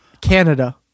Canada